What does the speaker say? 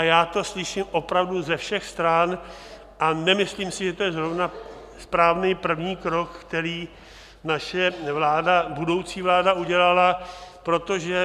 Já to slyším opravdu ze všech stran a nemyslím si, že to je zrovna správný první krok, který naše budoucí vláda udělala, protože...